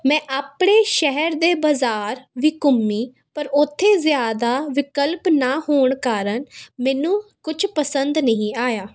ਮੈਂ ਆਪਣੇ ਸ਼ਹਿਰ ਦੇ ਬਾਜ਼ਾਰ ਵੀ ਘੁੰਮੀ ਪਰ ਉੱਥੇ ਜ਼ਿਆਦਾ ਵਿਕਲਪ ਨਾ ਹੋਣ ਕਾਰਨ ਮੈਨੂੰ ਕਛ ਪਸੰਦ ਨਹੀਂ ਆਇਆ